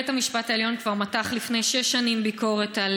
בית המשפט העליון כבר מתח לפני שש שנים ביקורת על